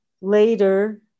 later